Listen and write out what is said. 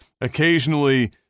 Occasionally